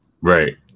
Right